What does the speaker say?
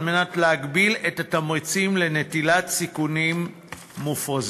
כדי להגביל את התמריצים לנטילת סיכונים מופרזים.